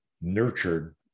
nurtured